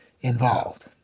involved